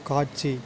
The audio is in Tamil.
காட்சி